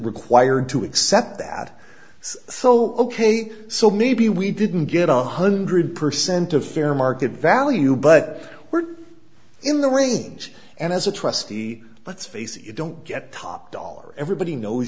required to accept that so ok so maybe we didn't get on hundred percent of fair market value but we're in the range and as a trustee let's face it you don't get top dollar everybody knows